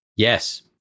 Yes